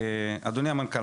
אדוני המנכ"ל,